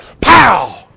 Pow